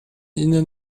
ihnen